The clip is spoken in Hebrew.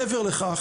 מעבר לכך,